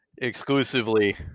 exclusively